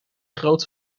grootte